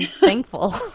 thankful